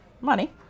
Money